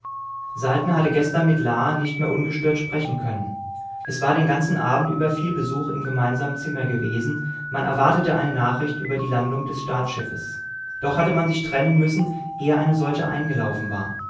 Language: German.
saltner hatte gestern mit la nicht mehr ungestört sprechen können es war den ganzen abend über viel besuch im gemeinsamen zimmer gewesen man erwartete eine nachricht über die landung des staatsschiffes doch hatte man sich trennen müssen ehe eine solche eingelaufen war